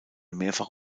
mehrfach